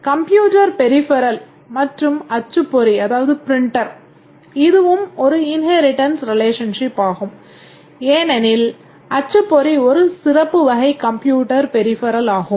computer peripheral இதுவும் ஒரு inheritance relationship ஆகும் ஏனெனில் அச்சுப்பொறி ஒரு சிறப்பு வகை கம்பியூட்டர் பெரிபெரல் ஆகும்